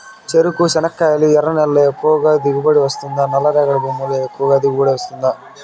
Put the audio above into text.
చెరకు, చెనక్కాయలు ఎర్ర నేలల్లో ఎక్కువగా దిగుబడి వస్తుందా నల్ల రేగడి భూముల్లో ఎక్కువగా దిగుబడి వస్తుందా